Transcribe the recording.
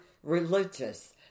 Religious